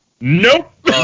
Nope